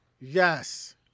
yes